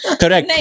Correct